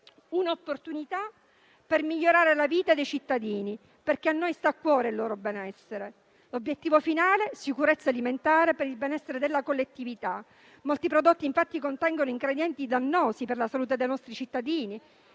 un'opportunità per migliorare la vita dei cittadini, perché a noi sta a cuore il loro benessere. L'obiettivo finale è la sicurezza alimentare per il benessere della collettività. Molti prodotti, infatti, contengono ingredienti dannosi per la salute dei nostri cittadini,